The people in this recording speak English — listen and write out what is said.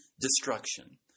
destruction